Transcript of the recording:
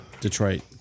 Detroit